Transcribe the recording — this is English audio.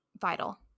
vital